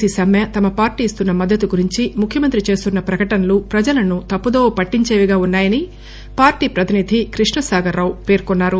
C సమ్మె తమ party ఇస్తున్న మద్దతు గురించి ముఖ్యమంత్రి చేస్తున్న ప్రకటనలు ప్రజలను తప్పు దోవ పట్టించేవిగా ఉన్నాయని పార్టీ ప్రతినిధి కృష్ణా సాగర్ రావు పేర్కొన్నారు